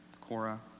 Cora